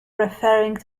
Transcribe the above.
referring